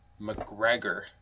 McGregor